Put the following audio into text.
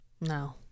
No